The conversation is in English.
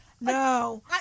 No